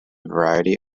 variety